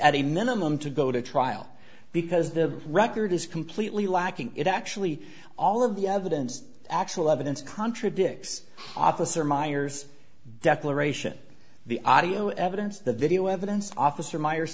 a minimum to go to trial because the record is completely lacking it actually all of the evidence actual evidence contradicts officer myers declaration the audio evidence the video evidence officer meyer